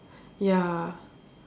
ya